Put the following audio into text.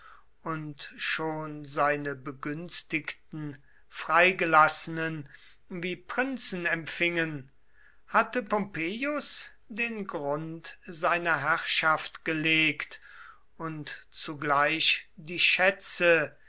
und schon seine begünstigten freigelassenen wie prinzen empfingen hatte pompeius den grund seiner herrschaft gelegt und zugleich die schätze